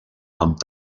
amb